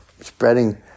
spreading